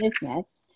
business